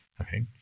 okay